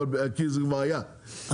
כי זה כבר היה ובוטל.